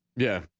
yeah,